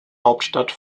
hauptstadt